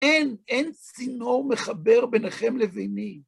אין, אין צינור מחבר ביניכם לביני.